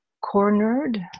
cornered